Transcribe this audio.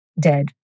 dead